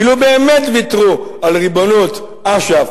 אילו באמת ויתרו על התביעה לריבונות אש"ף